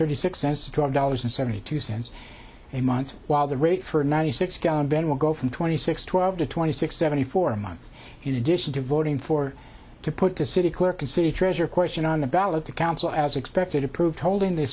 thirty six cents dollars and seventy two cents a month while the rate for a ninety six gallon ben will go from twenty six twelve to twenty six seventy four a month in addition to voting for to put the city clerk and city treasurer question on the ballot to council as expected approved holding th